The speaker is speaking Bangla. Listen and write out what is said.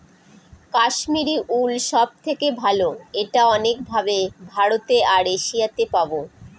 কাশ্মিরী উল সব থেকে ভালো এটা অনেক ভাবে ভারতে আর এশিয়াতে পাবো